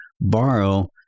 borrow